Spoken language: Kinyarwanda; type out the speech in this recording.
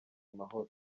amahoro